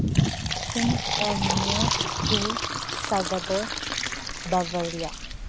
ꯍꯤꯟ ꯑꯦꯜꯃꯤꯅꯨꯌꯥ ꯏꯜ ꯁꯕꯥꯗꯣꯔ ꯕꯕꯔꯤꯌꯥ